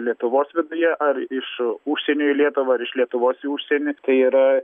lietuvos viduje ar iš užsienio į lietuvą ar iš lietuvos į užsienį tai yra